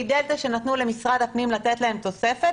--- שנתנו למשרד הפנים לתת להם תוספת,